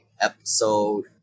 episode